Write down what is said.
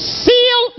seal